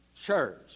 church